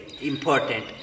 important